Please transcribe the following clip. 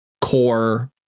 core